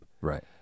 Right